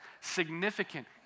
significant